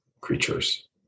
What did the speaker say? creatures